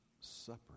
Supper